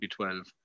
B12